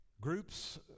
groups